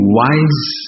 wise